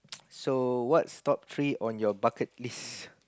so what's top three on your bucket list